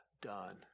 done